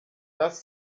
das